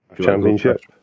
Championship